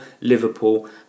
Liverpool